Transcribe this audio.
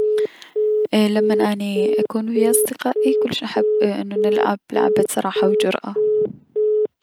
اي- لمن اني اكون ويا اصدقائي اي- كلش احب انو نلعب لعبة صراحة و جرأة.